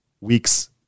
week's